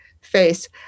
face